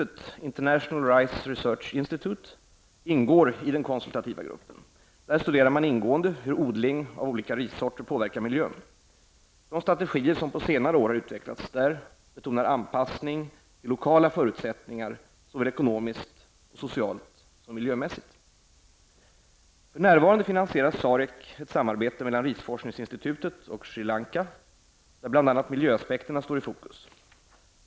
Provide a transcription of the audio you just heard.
Research Institute ingår i den konsultativa gruppen. Där studeras ingående hur odling av olika rissorter påverkar miljön. De strategier som på senare år har utvecklats där betonar anpassning till lokala förutsättningar såväl ekonomiskt och socialt som miljömässigt. För närvarande finansierar SAREC ett samarbete mellan risforskningsinstitutet och Sri Lanka, där bl.a. miljöaspekterna står i fokus.